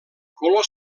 color